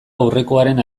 aurrekoaren